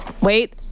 wait